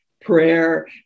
prayer